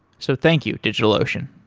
so thank you, digitalocean